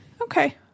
Okay